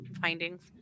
findings